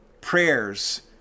prayers